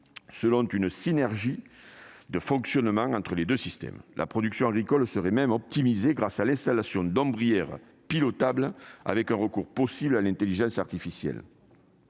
raison d'une synergie de fonctionnement entre les deux systèmes. La production agricole serait même optimisée grâce à l'installation d'ombrières pilotables avec un recours possible à l'intelligence artificielle.